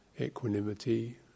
equanimity